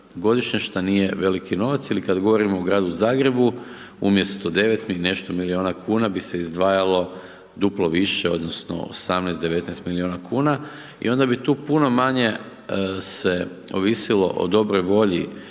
godišnje, što nije veliki novac ili kada govorimo o Gradu Zagrebu, umjesto 9 i nešto milijuna kuna bi se izdvajalo duplo više, odnosno, 18, 19 milijuna kuna i onda bi tu puno manje se ovisilo o dobroj volji